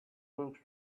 books